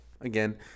Again